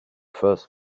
first